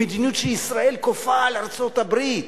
היא מדיניות שישראל כופה על ארצות-הברית.